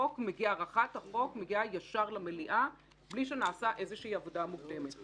הארכת החוק מגיעה ישר למליאה בלי שנעשית איזושהי עבודה מוקדמת.